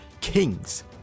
kings